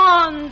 on